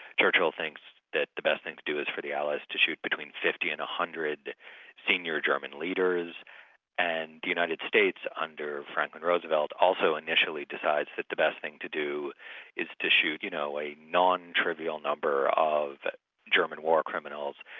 churchill thinks that the best thing to do is for the allies to shoot between fifty and one hundred senior german leaders and the united states, under franklin roosevelt, also initially decides that the best thing to do is to shoot you know a non-trivial number of german war criminals,